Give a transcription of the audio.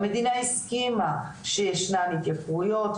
המדינה הסכימה שישנן התייקרויות,